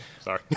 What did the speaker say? Sorry